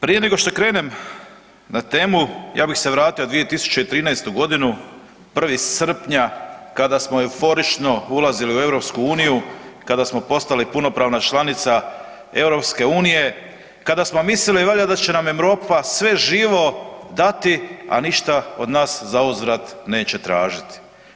Prije nego što krenem na temu, ja bi se vratio 2013. g., 1. srpnja, kada smo euforično ulazili u EU, kada smo postali punopravna članica EU-a, kada smo mislili valjda da će nam Europa sve živo dati a ništa od nas zauzvrat neće tražiti.